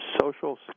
social